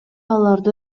аларды